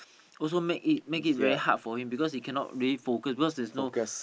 also make it make it very hard for him because he cannot really focus because there's no